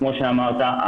כמו שאמרת,